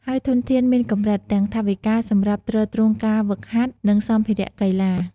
ហើយធនធានមានកម្រិត ទាំងថវិកាសម្រាប់ទ្រទ្រង់ការហ្វឹកហាត់ និងសម្ភារៈកីឡា។